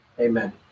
Amen